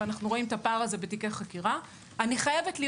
ואנחנו רואים את הפער הזה בתיקי חקירה.